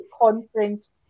conference